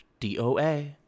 doa